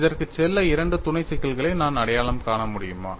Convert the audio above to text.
இதற்குச் செல்ல இரண்டு துணை சிக்கல்களை நான் அடையாளம் காண முடியுமா